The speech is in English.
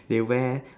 they wear